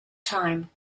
time